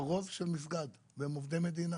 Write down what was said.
כרוז של מסגד, הם עובדי מדינה,